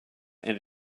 and